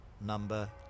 number